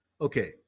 okay